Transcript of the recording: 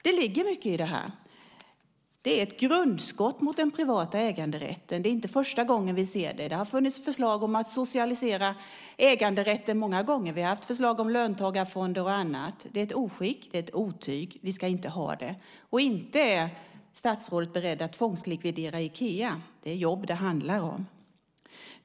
Det ligger mycket i det här. Det är ett grundskott mot den privata äganderätten. Det är inte första gången vi ser det. Det har funnits förslag om att socialisera äganderätten många gånger. Vi har haft förslag om löntagarfonder och annat. Det är ett oskick. Det är ett otyg. Vi ska inte ha det. Och inte är väl statsrådet beredd att tvångslikvidera Ikea? Det är jobb det handlar om.